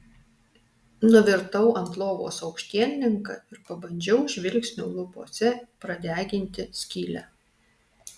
nuvirtau ant lovos aukštielninka ir pabandžiau žvilgsniu lubose pradeginti skylę